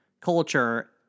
culture